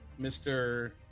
mr